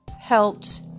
helped